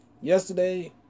Yesterday